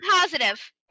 Positive